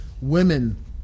women